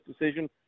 decision